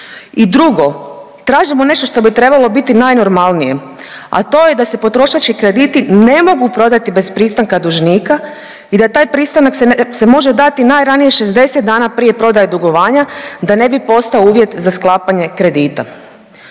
I drugo, tražimo nešto što bi trebalo biti najnormalnije, a to je da se potrošački krediti ne mogu prodati bez pristanka dužnika i da taj pristanak se može dati najranije 60 dana prije prodaje dugovanja da ne bi postao uvjet za sklapanje kredita.